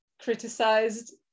criticized